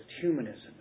humanism